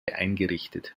eingerichtet